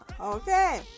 Okay